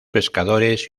pescadores